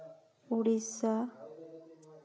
Odisha